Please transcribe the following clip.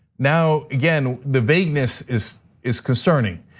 now, again, the vagueness is is concerning,